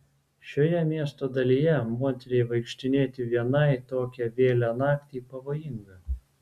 šioje miesto dalyje moteriai vaikštinėti vienai tokią vėlią naktį pavojinga